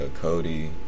Cody